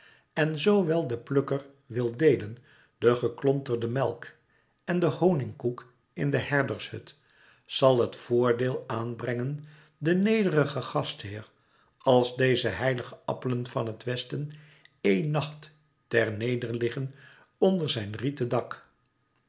en zoo wel de plukker wil deelen de geklonterde melk en den honingkoek in de herdershut zal het vordeel aanbrengen den nederigen gastheer als deze heilige appelen van het westen één nacht ter neder liggen onder zijn rieten dak